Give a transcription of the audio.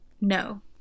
No